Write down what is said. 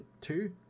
two